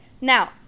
now